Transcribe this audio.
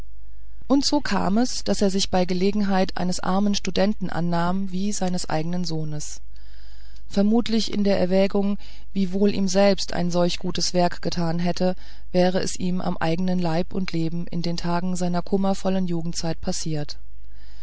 und so kam es daß er sich bei gelegenheit eines armen studenten annahm wie seines eigenen sohnes vermutlich in der erwägung wie wohl ihm selbst ein solch gutes werk getan hatte wäre es ihm am eigenen leib und leben in den tagen seiner kummervollen jugendzeit passiert